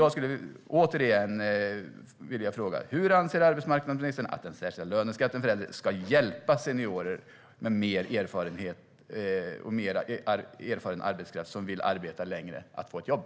Jag vill återigen fråga: Hur anser arbetsmarknadsministern att den särskilda löneskatten för äldre ska hjälpa senior och mer erfaren arbetskraft som vill arbeta längre att få ett jobb?